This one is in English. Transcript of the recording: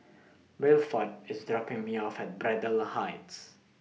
Wilford IS dropping Me off At Braddell Heights